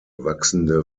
wachsende